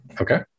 Okay